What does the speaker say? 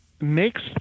makes